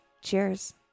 cheers